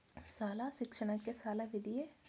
ಶಾಲಾ ಶಿಕ್ಷಣಕ್ಕೆ ಸಾಲವಿದೆಯೇ?